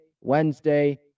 Wednesday